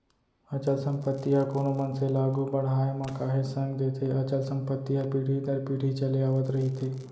अचल संपत्ति ह कोनो मनसे ल आघू बड़हाय म काहेच संग देथे अचल संपत्ति ह पीढ़ी दर पीढ़ी चले आवत रहिथे